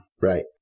Right